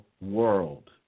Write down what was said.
world